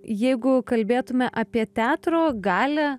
jeigu kalbėtume apie teatro galią